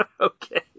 Okay